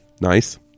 Nice